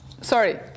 Sorry